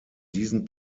diesen